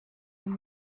him